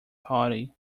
party